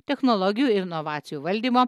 technologijų ir inovacijų valdymo